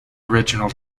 original